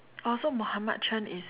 oh so Mohammed Chen is